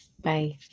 Bye